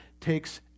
takes